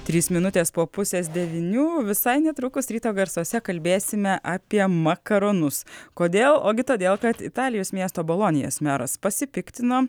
trys minutės po pusės devynių visai netrukus ryto garsuose kalbėsime apie makaronus kodėl ogi todėl kad italijos miesto bolonijos meras pasipiktino